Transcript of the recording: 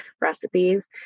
recipes